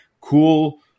cool